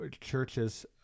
churches